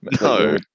No